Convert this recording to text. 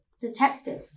Detective